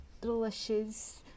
delicious